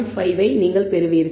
5 ஐ நீங்கள் பெறுவீர்கள்